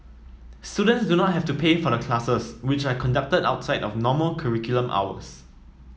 students do not have to pay for the classes which are conducted outside of normal curriculum hours